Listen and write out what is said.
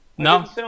No